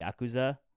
yakuza